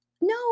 no